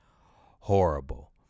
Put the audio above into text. horrible